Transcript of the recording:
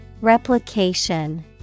Replication